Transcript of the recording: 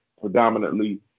predominantly